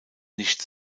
nicht